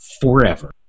forever